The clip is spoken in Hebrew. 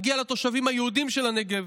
מגיע לתושבים היהודים של הנגב